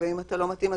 ואם אתה לא מתאים,